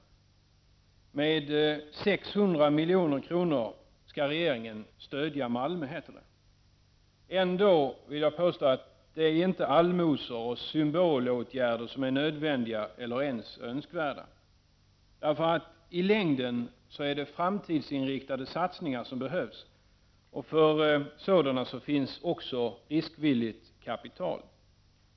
Med 600 milj.kr. skall regeringen stödja Malmö heter det. Ändå är det inte allmosor och symbolåtgärder som är nödvändiga eller ens önskvärda. Därför att i längden är det framtidsinriktade satsningar som behövs, och för sådana finns också riskvilligt kapital.